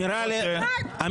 כי לכם